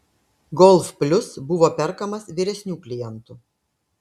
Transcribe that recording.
golf plius buvo perkamas vyresnių klientų